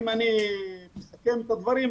אם אני מסכם את הדברים,